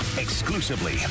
exclusively